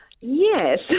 Yes